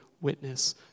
witness